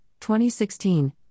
2016